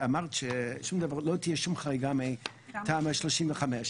אמרת שלא תהיה שום חריגה מתמ"א 35,